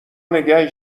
نگه